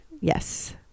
Yes